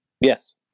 Yes